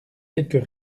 quelque